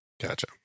Gotcha